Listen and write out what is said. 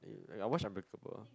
I watched unbreakable